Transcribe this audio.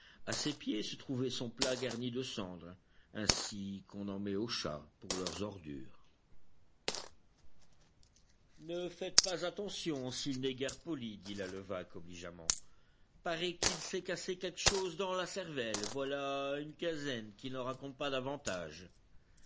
a ses pieds se trouvait son plat garni de cendre ainsi qu'on en met aux chats pour leurs ordures ne faites pas attention s'il n'est guère poli dit la levaque obligeamment paraît qu'il s'est cassé quelque chose dans la cervelle voilà une quinzaine qu'il n'en raconte pas davantage